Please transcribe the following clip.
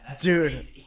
Dude